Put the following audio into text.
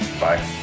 Bye